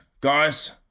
guys